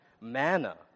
manna